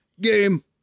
Game